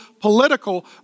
political